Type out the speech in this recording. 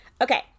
Okay